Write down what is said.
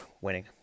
winning